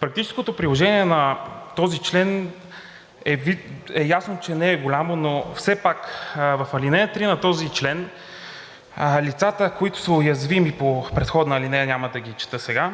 Практическото приложение на този член е ясно, че не е голямо, но все пак в ал. 3 на този член лицата, които са уязвими по предходна алинея, няма да ги чета сега,